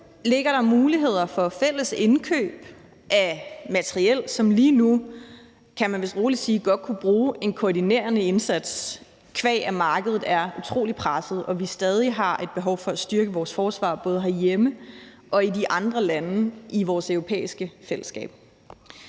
ligger der muligheder for fælles indkøb af materiel, som lige nu, kan man vist roligt sige, godt kunne bruge en koordinerende indsats, qua at markedet er utrolig presset og vi stadig har et behov for at styrke vores forsvar både herhjemme og i de andre lande i vores europæiske fællesskab.